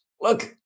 look